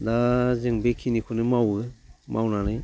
दा जों बेखिनिखौनो मावो मावनानै